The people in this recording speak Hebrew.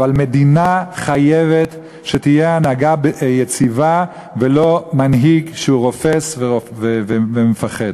אבל מדינה חייבת שתהיה בה הנהגה יציבה ולא מנהיג רופס ומפחד.